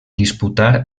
disputar